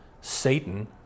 Satan